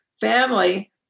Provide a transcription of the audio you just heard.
family